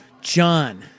John